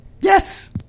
Yes